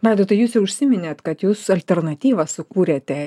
vaidotai jūs jau užsiminėt kad jūs alternatyvą sukūrėte